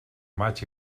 maig